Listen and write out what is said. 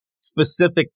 specific